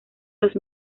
los